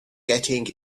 getting